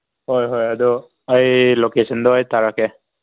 ꯍꯣꯏ ꯍꯣꯏ ꯑꯗꯨ ꯑꯩ ꯂꯣꯀꯦꯁꯟꯗꯨ ꯑꯩ ꯊꯥꯔꯛꯀꯦ